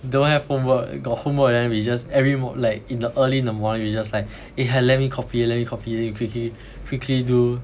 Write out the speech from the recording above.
don't have homework got homework then we just every mo~ like in the early in the morning we just like eh can let me copy let me copy then you quickly quickly do